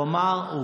לא אמרתי שלא.